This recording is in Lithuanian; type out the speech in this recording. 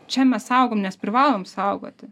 čia mes saugom nes privalom saugoti